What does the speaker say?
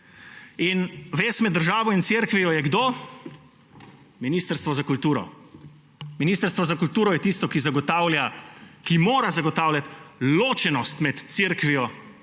Vez med državo in cerkvijo je – kdo? Ministrstvo za kulturo. Ministrstvo za kulturo je tisto, ki zagotavlja, ki mora zagotavljati ločenost med cerkvijo